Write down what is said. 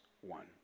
one